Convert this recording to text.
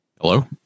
Hello